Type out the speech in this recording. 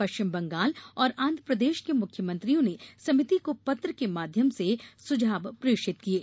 पश्चिम बंगाल और आध्रप्रदेश के मुख्यमंत्रियों ने समिति को पत्र के माध्यम से सुझाव प्रेषित किये